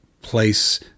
place